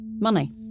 money